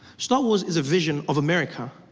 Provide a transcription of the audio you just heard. star wars is a vision of america.